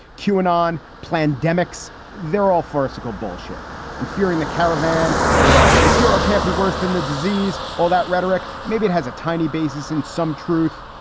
q and on plan dmx, they're all farcical bullshit and fearing the caravan or the cure can't be worse than the disease. all that rhetoric, maybe it has a tiny basis in some truth,